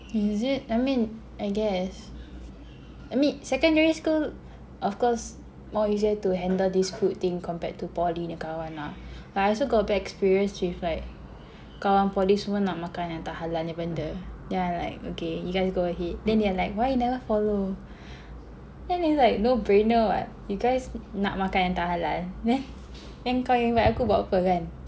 is it I mean I guess I mean secondary school of course more easier to handle this food thing compared to poly punya kawan lah like I also got bad experiences with like kawan poly semua nak makan yang tak halal punya benda then I'm like okay you guys go ahead then they are like why you never follow then it's like no brainer [what] you guys nak makan yang tak halal then then kau invite aku buat apa kan